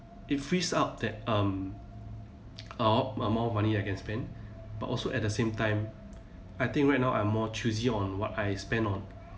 it frees up that um amount amount of money I can spend but also at the same time I think right now I'm more choosy on what I spend on